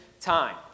time